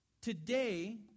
Today